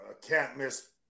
can't-miss